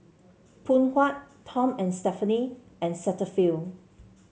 Phoon Huat Tom And Stephanie and Cetaphil